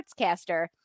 sportscaster